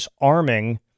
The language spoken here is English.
arming